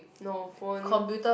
no phone